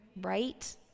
Right